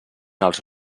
els